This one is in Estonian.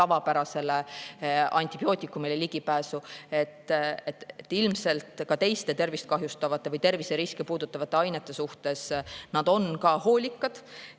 tavapärasele antibiootikumile ligipääsu –, siis nad on ilmselt ka teiste tervist kahjustavate või terviseriske puudutavate ainete suhtes hoolikad.